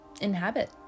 inhabit